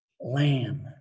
lamb